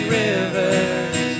rivers